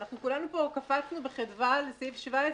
אנחנו כולנו פה קפצנו בחדווה על סעיף 17,